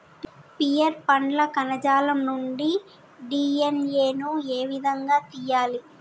Pear పండ్ల కణజాలం నుండి డి.ఎన్.ఎ ను ఏ విధంగా తియ్యాలి?